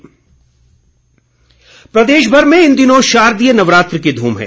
नवरात्र प्रदेशभर में इन दिनों शारदीय नवरात्र की धूम है